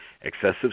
excessive